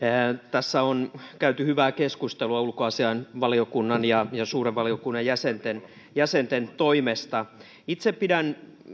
tässä on käyty hyvää keskustelua ulkoasiainvaliokunnan ja ja suuren valiokunnan jäsenten jäsenten toimesta itse pidän